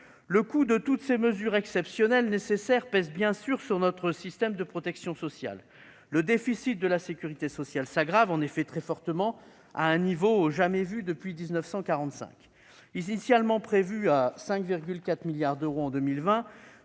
Le coût de toutes ces mesures exceptionnelles et nécessaires pèse sur notre système de protection sociale. Le déficit de la sécurité sociale s'aggrave très fortement, à un niveau jamais vu depuis 1945 : initialement prévu à 5,4 milliards d'euros en 2020,